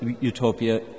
utopia